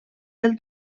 del